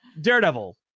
Daredevil